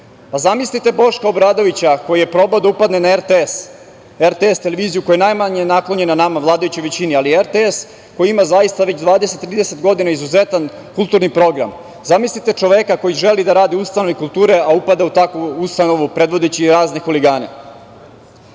Zamislite Boška Obradovića koji je probao da upadne na RTS, televiziju koja je najmanje naklonjena nama, vladajućoj većini, ali RTS koji ima već 20-30 godina izuzetan kulturni program. Zamislite čoveka koji želi da radi u ustanovi kulture, a upada u takvu ustanovu, predvodeći razne huligane. Inače,